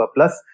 Plus